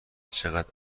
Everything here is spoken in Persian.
چقد